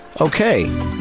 Okay